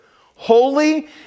Holy